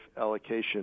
allocation